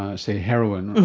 ah say, heroin,